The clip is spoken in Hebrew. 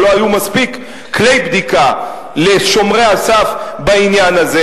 או לא היו מספיק כלי בדיקה לשומרי הסף בעניין הזה.